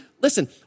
Listen